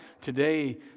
today